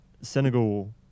Senegal